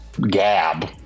Gab